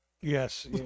Yes